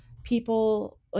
people